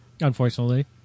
Unfortunately